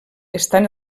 estan